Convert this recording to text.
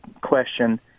question